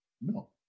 no